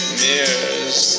mirrors